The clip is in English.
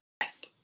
Yes